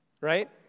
Right